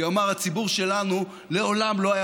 כי הוא אמר: הציבור שלנו לעולם לא היה